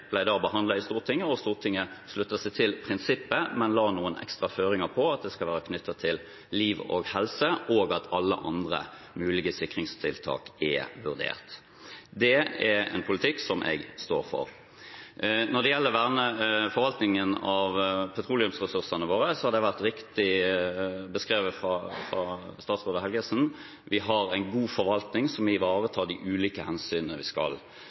Stortinget sluttet seg til prinsippet, men la noen ekstra føringer om at det skal være knyttet til liv og helse, og at alle andre mulige sikringstiltak er vurdert. Det er en politikk som jeg står for. Når det gjelder forvaltningen av petroleumsressursene våre, har det vært riktig beskrevet fra statsråd Helgesen, vi har en god forvaltning som ivaretar de ulike hensynene vi skal